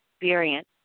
experience